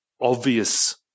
obvious